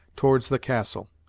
towards the castle.